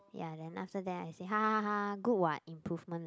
ya then after that I say ha ha good what improvement lah